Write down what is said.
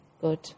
good